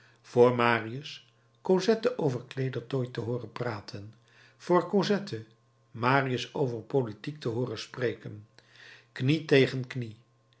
voor marius cosette over kleedertooi te hooren praten voor cosette marius over politiek te hooren spreken knie tegen knie